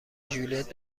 ژولیت